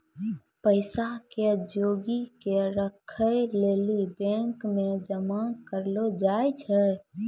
पैसा के जोगी क राखै लेली बैंक मे जमा करलो जाय छै